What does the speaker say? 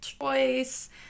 choice